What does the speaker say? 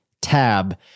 tab